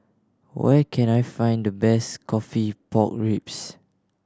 where can I find the best coffee pork ribs